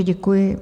Děkuji.